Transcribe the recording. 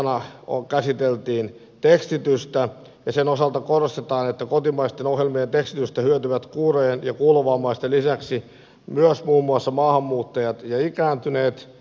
yhtenä asiakohtana käsiteltiin tekstitystä ja sen osalta korostetaan että kotimaisten ohjelmien tekstityksestä hyötyvät kuurojen ja kuulovammaisten lisäksi myös muun muassa maahanmuuttajat ja ikääntyneet